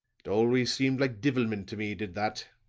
it always seemed like divilment to me, did that.